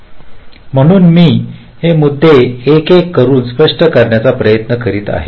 म्हणून मी हे मुद्दे एक एक करून स्पष्ट करण्याचा प्रयत्न करीत आहे